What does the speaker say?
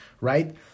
right